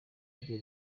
rye